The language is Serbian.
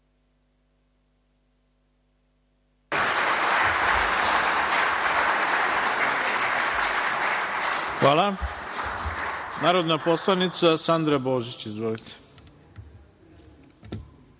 ima narodna poslanica Sandra Božić. Izvolite.